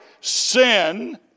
sin